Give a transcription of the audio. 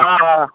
হ্যাঁ হ্যাঁ